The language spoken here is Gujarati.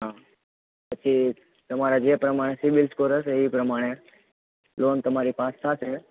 હા પછી તમારે જે પ્રમાણે સિબિલ સ્કોર હશે એ પ્રમાણે લોન તમારી પાસ થશે